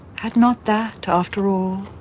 had not that, after all,